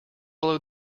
blow